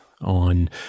on